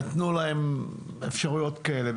נתנו להם אפשרויות כאלה.